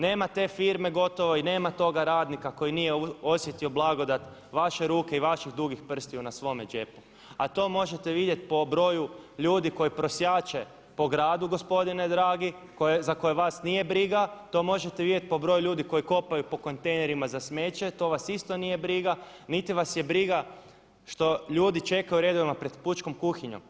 Nema te firme gotovo i nema toga radnika koji nije osjetio blagodat vaše ruke i vaših dugih prstiju na svome džepu, a to možete vidjeti po broju ljudi koji prosjače po gradu gospodine dragi, za koje vas nije briga, to možete vidjeti po broju ljudi koji kopaju po kontejnerima za smeće, to vas isto nije briga, niti vas je briga što ljudi čekaju redovno pred pučkom kuhinjom.